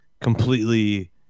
completely